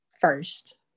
first